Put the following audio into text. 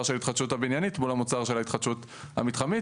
של ההתחדשות הבניינית מול המוצר של ההתחדשות המתחמית,